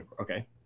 okay